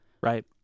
Right